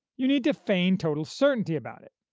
you need to feign total certainty about it.